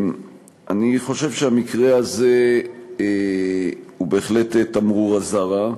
אני חושב שהמקרה הזה הוא בהחלט תמרור אזהרה,